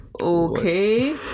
okay